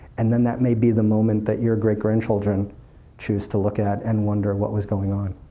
and then that may be the moment that your great grandchildren choose to look at and wonder what was going on.